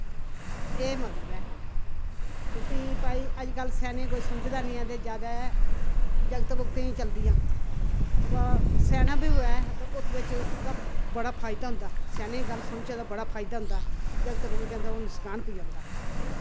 एह् मतलब ऐ ते फ्ही भाई अजकल्ल स्याने कोई समझदा निं ऐ ते ज्यादे जागत जुगते चलदियां अवा स्याना बी होए तो उत् बिच थोह्ड़ा बड़ा फायदा होंदा स्याने गल्ल सुनचे ते बड़ा फायदा होंदा जागत जुगत न ओह् नुकसान पेई जन्दा